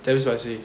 damn spicy